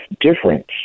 difference